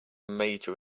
major